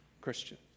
Christian